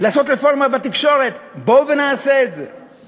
לעשות רפורמה בתקשורת, בואו ונעשה את זה.